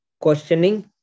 Questioning